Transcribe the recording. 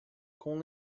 com